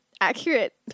accurate